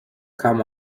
come